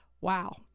wow